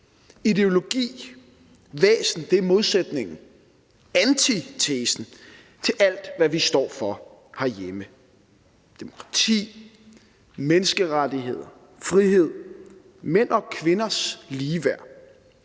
ideologi og væsen er modsætningen, antitesen, til alt, hvad vi står for herhjemme: demokrati, menneskerettigheder, frihed, mænd og kvinders ligeværd,